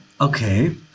okay